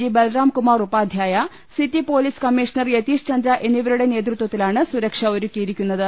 G Balram Kumar Upadhyaya city police commissioner Yatishchandra എന്നിവരുടെ നേതൃത്വത്തിലാണ് സുരക്ഷ ഒരുക്കിയിരിക്കുന്ന ത്